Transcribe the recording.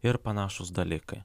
ir panašūs dalykai